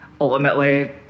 Ultimately